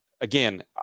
again